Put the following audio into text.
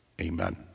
Amen